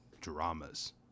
dramas